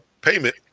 payment